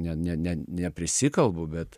ne ne ne neprisikalbu bet